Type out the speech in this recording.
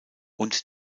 und